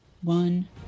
one